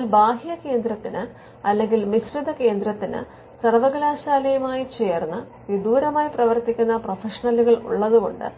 എന്നാൽ ബാഹ്യകേന്ദ്രത്തിന് അല്ലെങ്കിൽ മിശ്രിത കേന്ദ്രത്തിന് സർവകലാശാലയുമായി ചേർന്ന് വിദൂരമായി പ്രവർത്തിക്കുന്ന പ്രൊഫഷണലുകൾ ഉള്ളതുകൊണ്ട്